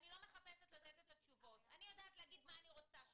אני יודעת להגיד מה שאני רוצה שיהיה.